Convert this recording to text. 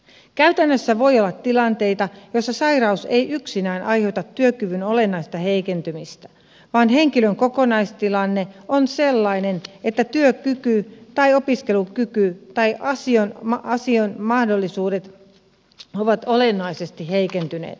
käytännössä voi olla tilanteita joissa sairaus ei yksinään aiheuta työkyvyn olennaista heikentymistä vaan henkilön kokonaistilanne on sellainen että työkyky tai opiskelukyky tai ansiomahdollisuudet ovat olennaisesti heikentyneet